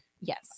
Yes